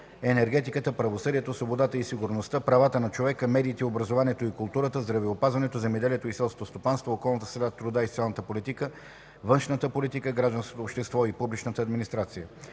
енергетиката, правосъдието, свободата и сигурността, правата на човека, медиите, образованието и културата, здравеопазването, земеделието и селското стопанство, околната среда, труда и социалната политика, външната политика, гражданското общество, публичната администрация.